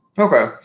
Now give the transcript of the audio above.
Okay